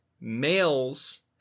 males